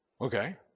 Okay